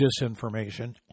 disinformation